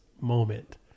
moment